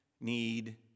need